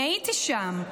אני הייתי שם,